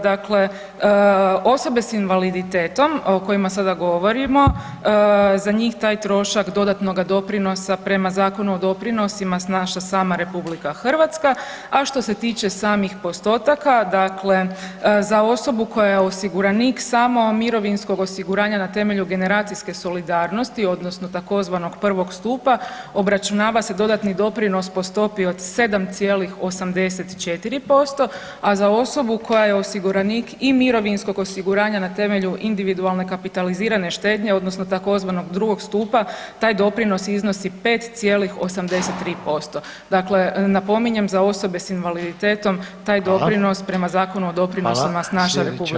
Dakle, osobe s invaliditetom o kojima sada govorimo za njih taj trošak dodatnoga doprinosa prema Zakonu o doprinosima snaša sama Republika Hrvatska, a što se tiče samih postotaka dakle za osobu koja je osiguranik samo mirovinskog osiguranja na temelju generacijske solidarnosti odnosno tzv. prvog stupa obračunava se dodatni doprinos po stopi od 7,84%, a za osobu koja je osiguranik i mirovinskog osiguranja na temelju individualne kapitalizirane štednje odnosno tzv. drugog stupa taj doprinos iznosi 5,83%, dakle napominjem za osobe s invaliditetom taj doprinos prema Zakonu o doprinosima snaša RH.